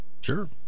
Sure